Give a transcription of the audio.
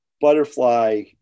butterfly